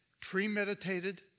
premeditated